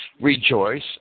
Rejoice